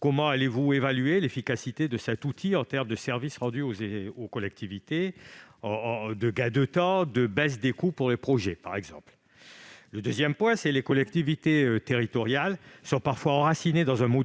Comment allez-vous évaluer l'efficacité de cet outil en termes de services rendus aux collectivités ? Gain de temps ? Baisse des coûts des projets ?... Deuxièmement, les collectivités territoriales sont parfois enracinées dans un